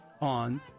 on